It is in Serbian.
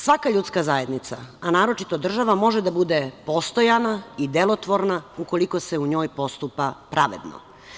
Svaka ljudska zajednica, a naročito država može da bude postojana i delotvorna ukoliko se u njoj postupa pravedno.